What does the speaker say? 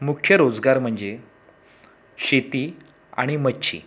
मुख्य रोजगार म्हंजे शेती आणि मच्छी